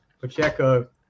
Pacheco